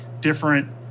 different